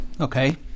Okay